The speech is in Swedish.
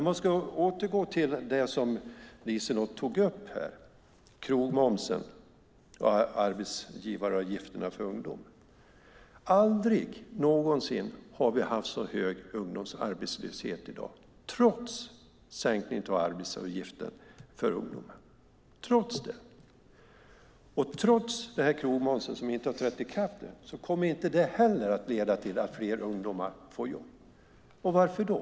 Jag återgår till det som Liselott tog upp här om krogmomsen och arbetsgivaravgifterna för ungdomar. Vi har aldrig haft så hög ungdomsarbetslöshet som i dag trots sänkningen av arbetsgivaravgiften för ungdomar. Den sänkta krogmomsen, som inte har trätt i kraft ännu, kommer inte heller att leda till att fler ungdomar får jobb. Varför då?